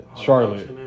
Charlotte